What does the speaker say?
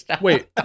Wait